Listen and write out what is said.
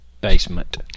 basement